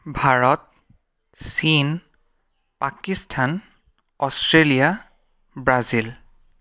ভাৰত চীন Pakistan Australia Brazil